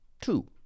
two